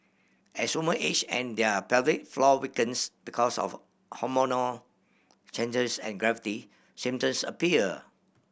as women age and their pelvic floor weakens because of hormonal changes and gravity symptoms appear